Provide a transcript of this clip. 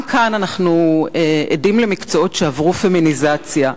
גם כאן אנחנו עדים למקצועות שעברו פמיניזציה.